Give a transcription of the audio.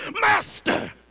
Master